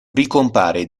ricompare